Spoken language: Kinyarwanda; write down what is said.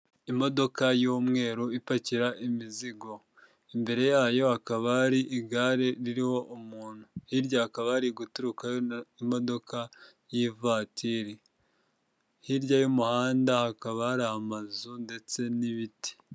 Imodoka y'umweru ipakira imizigo, imbere yayo hakaba hari igare ririho umuntu, hirya hakaba hari guturukayo imodoka y'ivatiri, hirya y'umuhanda hakaba hari amazu ndetse n'ibiti.